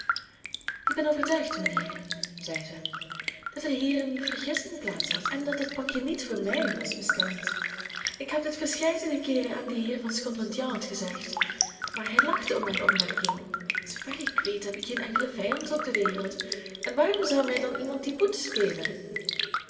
ik ben overtuigd mijnheer zeide zij dat er hier een vergissing plaats had en dat het pakje niet voor mij was bestemd ik heb dit verscheiden keer aan dien heer van scotland yard gezegd maar hij lachte om mijn opmerking zoover ik weet heb ik geen enkelen vijand op de wereld en waarom zou mij dan iemand die poets spelen